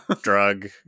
Drug